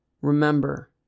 Remember